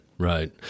Right